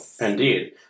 Indeed